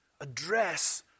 address